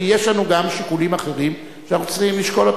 כי יש לנו גם שיקולים אחרים שאנחנו צריכים לשקול.